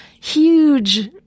huge